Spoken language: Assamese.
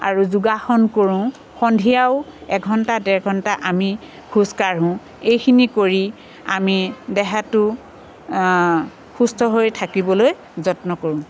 আৰু যোগাসন কৰোঁ সন্ধিয়াও এঘণ্টা দেৰঘণ্টা আমি খোজকাঢ়োঁ এইখিনি কৰি আমি দেহাটো সুস্থ হৈ থাকিবলৈ যত্ন কৰোঁ